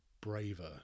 braver